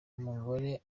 umugore